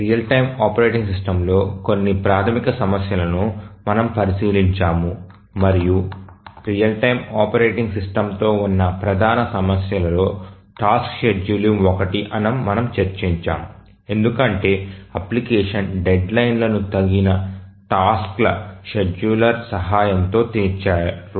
real time operating systems లో కొన్ని ప్రాథమిక సమస్యలను మనము పరిశీలించాము మరియు రియల్ టైమ్ ఆపరేటింగ్ సిస్టమ్తో ఉన్న ప్రధాన సమస్యలలో టాస్క్ షెడ్యూలింగ్ ఒకటి అని మనము చర్చించాము ఎందుకంటే అప్లికేషన్ డెడ్లైన్లను తగిన టాస్క్ల షెడ్యూలర్ సహాయంతో తీర్చారు